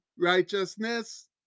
righteousness